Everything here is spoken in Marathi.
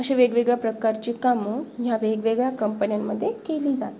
अशा वेगवेगळ्या प्रकारचे कामं ह्या वेगवेगळ्या कंपन्यांमध्ये केली जातात